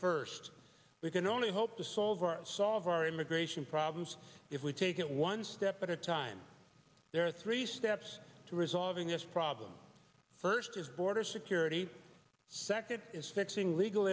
first we can only hope to solve our solve our immigration problems if we take it one step at a time there are three steps to resolving this problem first is border security second is fixing legal